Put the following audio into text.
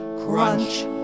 crunch